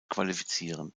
qualifizieren